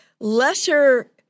lesser